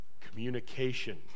communication